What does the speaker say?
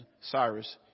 Cyrus